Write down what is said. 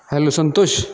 hello Santosh